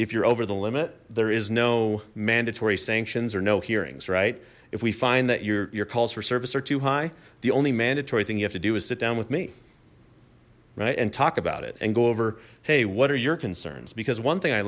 if you're over the limit there is no mandatory sanctions or no hearings right if we find that your your calls for service are too high the only mandatory thing you have to do is sit down with me right and talk about it and go over hey what are your concerns because one thing i